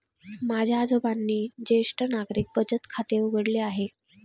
माझ्या आजोबांनी ज्येष्ठ नागरिक बचत खाते उघडले आहे